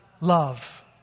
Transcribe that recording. love